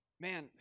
man